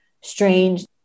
strange